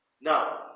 Now